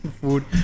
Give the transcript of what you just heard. food